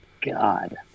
God